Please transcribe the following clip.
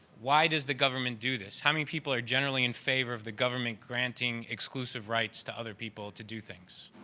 why does the government do this? how many people are generally in favor of the government granting exclusive rights to other people to do things?